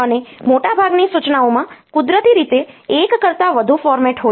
અને મોટાભાગની સૂચનાઓમાં કુદરતી રીતે એક કરતાં વધુ ફોર્મેટ હોય છે